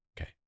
Okay